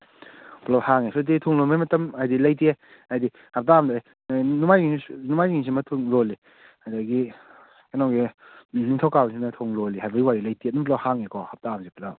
ꯂꯣꯏ ꯍꯥꯡꯉꯦ ꯁꯨꯇꯤ ꯊꯣꯡ ꯂꯣꯟꯕꯩ ꯃꯇꯝ ꯍꯥꯏꯗꯤ ꯂꯩꯇꯦ ꯍꯥꯏꯗꯤ ꯍꯞꯇꯥ ꯑꯃꯗ ꯅꯣꯡꯃꯥꯏꯖꯤꯡ ꯅꯣꯡꯃꯥꯏꯖꯤꯡꯁꯤꯃ ꯊꯣꯡ ꯂꯣꯜꯂꯦ ꯑꯗꯒꯤ ꯀꯩꯅꯣꯒꯤ ꯅꯤꯡꯊꯧꯀꯥꯕꯁꯤꯅ ꯊꯣꯡ ꯂꯣꯜꯂꯦ ꯍꯥꯏꯕꯒꯤ ꯋꯥꯔꯤ ꯂꯩꯇꯦ ꯑꯗꯨꯝ ꯄꯨꯜꯂꯞ ꯍꯥꯡꯉꯦꯀꯣ ꯍꯞꯇꯥ ꯑꯃꯁꯤ ꯄꯨꯜꯂꯞ